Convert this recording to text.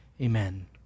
Amen